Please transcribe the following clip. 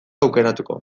aukeratuko